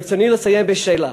ברצוני לסיים בשאלה: